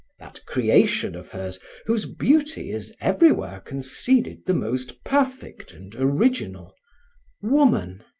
that creation of hers whose beauty is everywhere conceded the most perfect and original woman.